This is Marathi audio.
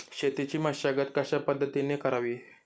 शेतीची मशागत कशापद्धतीने करावी?